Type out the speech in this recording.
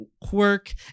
quirk